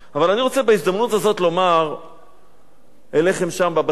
אבל אני רוצה בהזדמנות הזאת לומר אליכם שם בבתים: